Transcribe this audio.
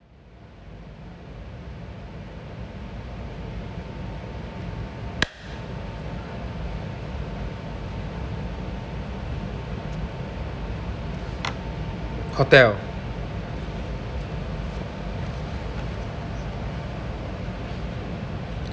hotel